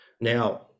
now